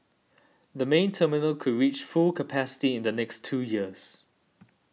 the main terminal could reach full capacity in the next two years